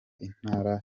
intara